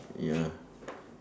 ya